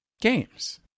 Games